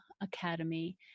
Academy